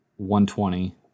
120